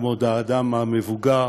כבוד האדם המבוגר,